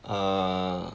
uh